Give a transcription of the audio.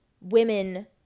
women